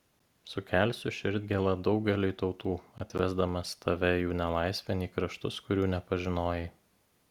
sukelsiu širdgėlą daugeliui tautų atvesdamas tave jų nelaisvėn į kraštus kurių nepažinojai